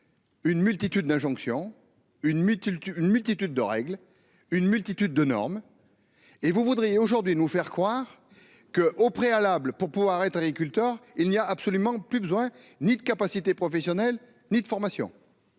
Une multitude d'injonction une multitude, une multitude de règles une multitude de normes. Et vous voudriez aujourd'hui nous faire croire que au préalable pour pouvoir être agriculteur, il n'y a absolument plus besoin ni de capacité professionnelle ni de formation.--